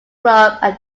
club